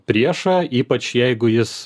priešą ypač jeigu jis